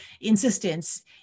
insistence